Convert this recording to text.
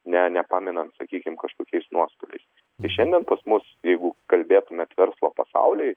ne nepamenam sakykim kažkokiais nuostoliais ir šiandien pas mus jeigu kalbėtume apie verslo pasaulį